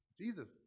Jesus